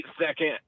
second